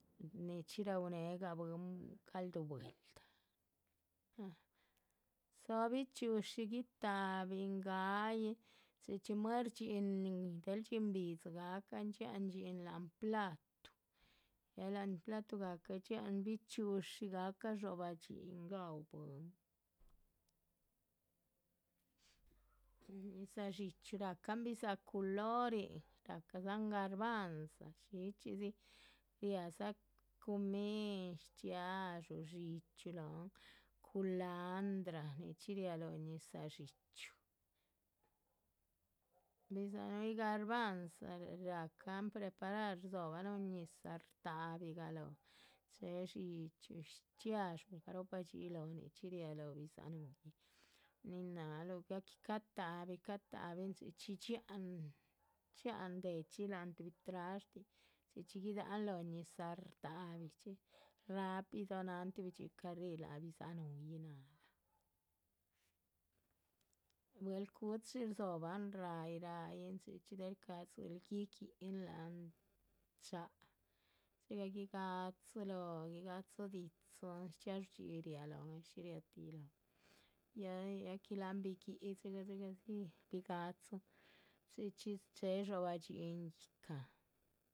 Nichxí raúneh gah bwín calduh bweelda, dzó bichxi´ushi guitáhabin, gáyin chxí chxí muer dhxín nin del dhxín bidzi gan dhxíahan dhxín láhan platuh,. ya láhan platugacah dhxíahan bichxi´ushi, gahca dxobah dhxín, gaúh bwín, ñizah dxíchyu rahcan bidza´h culorin, rahcadzahan garbanza, shíchxidzi, riáha dza cumín, shchxiadxú, dxíchyu, lóhon, culandrah, nichxí riáha lóho ñizah dxíchyu, bidza´h núhyi garbahndza, rahcan preparar rdzóhoba núhun ñizah, rtáhabigahn. chéhe dxíchyu, chéhe shchxiadxú, garopahdxi lóho nichxí riáha lóho bidza´ núhyi, nin náhaluh ya que catahbi catahbin chxí chxí dhxiáh déh chxí láhan tuhbi trashtin, chxí chxí guidáhan lóho ñizah rtahabi, tin rápido náhan tuhbi dxí carríh, lác bidza´h núyih náhalah, buehl cuchi rdzohoban ráyin ráyin, chxí chxí del shcáhadziluh. gui guíhin láhan cháha, dxigah guigádzi lóho guigádzi dítzin shchxiadxú dxi riáha lóhon ay shí riáha ti lóhon. ya ya que láhan biguihi. dxigadzi bigádzin chxí chxí chéhe dxobah dhxín yíhcan